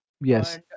yes